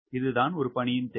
இதுதான் பணி தேவை